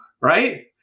right